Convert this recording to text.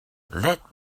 let